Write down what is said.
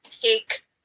take